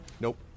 Nope